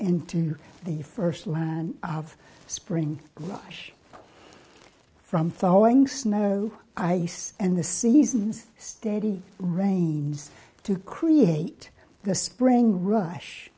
into the first line of spring rush from thawing snow ice and the seasons steady rains to create the spring rush